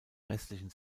restlichen